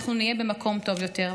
אנחנו נהיה במקום טוב יותר.